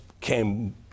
came